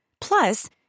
Plus